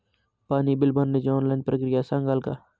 पाणी बिल भरण्याची ऑनलाईन प्रक्रिया सांगाल का?